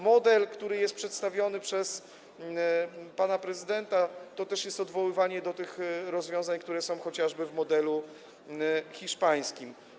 Model, który jest przedstawiony przez pana prezydenta, to też jest odwoływanie się do tych rozwiązań, które są chociażby w modelu hiszpańskim.